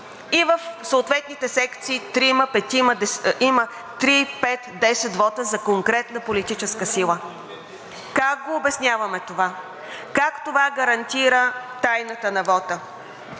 И в съответните секции има три, пет, десет вота за конкретна политическа сила. Как го обясняваме това? Как това гарантира тайната на вота?